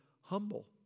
humble